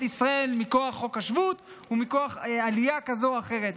ישראל מכוח חוק השבות ומכוח עלייה כזאת או אחרת.